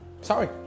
Sorry